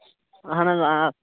اَہن حظ آ